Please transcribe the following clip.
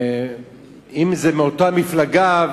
אם זה מאותה מפלגה,